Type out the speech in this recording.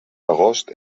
agost